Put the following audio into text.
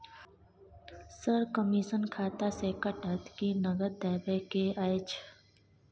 Sir, commission खाता से कटत कि नगद देबै के अएछ?